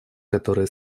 которые